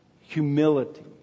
humility